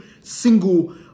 single